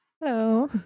Hello